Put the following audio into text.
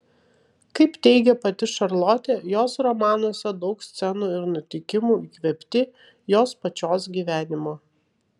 kaip teigė pati šarlotė jos romanuose daug scenų ir nutikimų įkvėpti jos pačios gyvenimo